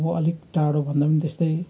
अब अलिक टाढो भन्दा पनि त्यस्तै